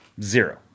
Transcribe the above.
zero